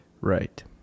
right